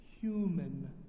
human